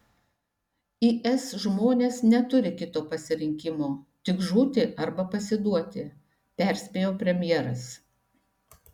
is žmonės neturi kito pasirinkimo tik žūti arba pasiduoti perspėjo premjeras